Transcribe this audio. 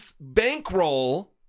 bankroll